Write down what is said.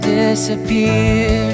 disappear